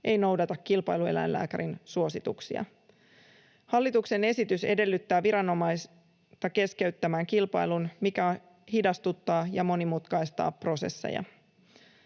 ei noudata kilpailueläinlääkärin suosituksia. Hallituksen esitys edellyttää viranomaista keskeyttämään kilpailun, mikä hidastuttaa ja monimutkaistaa prosesseja.